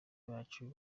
bacu